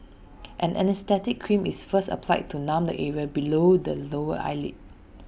an anaesthetic cream is first applied to numb the area below the lower eyelid